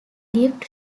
gift